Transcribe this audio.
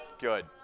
Good